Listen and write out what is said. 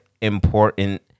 important